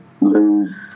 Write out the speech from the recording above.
lose